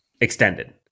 extended